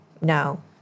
No